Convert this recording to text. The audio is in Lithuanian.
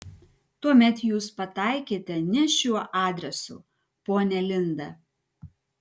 tuomet jūs pataikėte ne šiuo adresu ponia linda